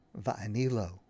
vaanilo